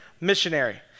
missionary